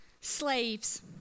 Slaves